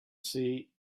see